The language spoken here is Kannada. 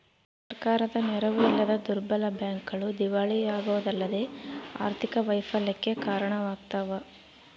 ಸರ್ಕಾರದ ನೆರವು ಇಲ್ಲದ ದುರ್ಬಲ ಬ್ಯಾಂಕ್ಗಳು ದಿವಾಳಿಯಾಗೋದಲ್ಲದೆ ಆರ್ಥಿಕ ವೈಫಲ್ಯಕ್ಕೆ ಕಾರಣವಾಗ್ತವ